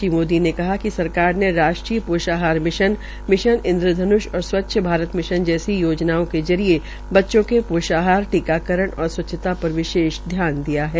श्री मोदी ने कहा कि सरकार ने राष्ट्रीय पोषाहार मिशन मिशन इंद्रधन्ष और स्वच्छ भारत मिशन जैसी योजनाओं के जरिये बच्चों के पोषाहार टीकाकरण और स्वच्छता पर विशेष ध्यान दिया है